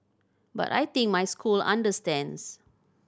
but I think my school understands